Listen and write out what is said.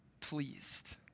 pleased